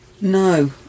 No